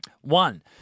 One